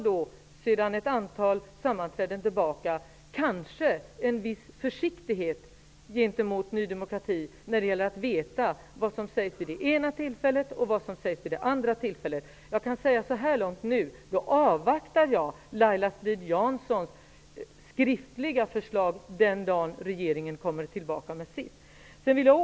Efter ett antal sammanträden är jag något försiktig gentemot Ny demokrati, med tanke på vad som sägs vid olika tillfällen. Så här långt kan jag säga att jag avvaktar Laila Strid-Janssons skriftliga förslag den dag regeringen kommer tillbaka med sitt förslag.